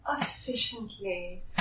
Efficiently